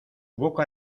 boca